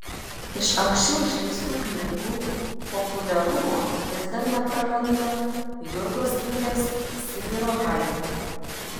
iš anksčiau išleistų knygų populiarumo vis dar nepraranda jurgos vilės sibiro haiku